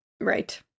Right